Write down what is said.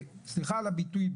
סליחה על הביטוי,